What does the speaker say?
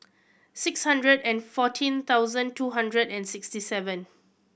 six hundred and fourteen thousand two hundred and sixty seven